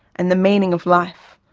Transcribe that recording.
and the meaning of life,